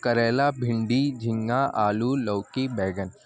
کریلا بھنڈی جھینگا آلو لوکی بیگن